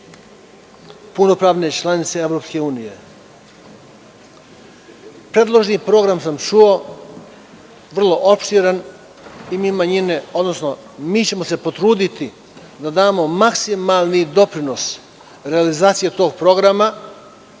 punopravne članice EU.Predloženi program sam čuo, vrlo je opširan, i mi ćemo se potruditi da damo maksimalni doprinos realizaciji tog programa.